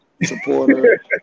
Supporter